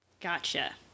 Gotcha